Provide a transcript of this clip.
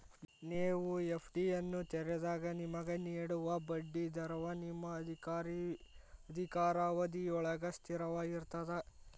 ನೇವು ಎ.ಫ್ಡಿಯನ್ನು ತೆರೆದಾಗ ನಿಮಗೆ ನೇಡುವ ಬಡ್ಡಿ ದರವ ನಿಮ್ಮ ಅಧಿಕಾರಾವಧಿಯೊಳ್ಗ ಸ್ಥಿರವಾಗಿರ್ತದ